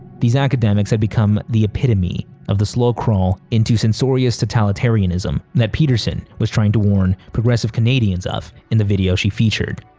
these academics had become the epitome of the slow crawl into censorious totalitarianism that peterson was trying to warn progressive canadians of in the video she featured.